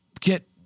get